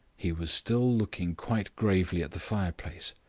he was still looking quite gravely at the fireplace.